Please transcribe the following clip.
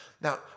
Now